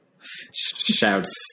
Shouts